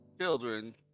Children